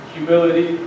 Humility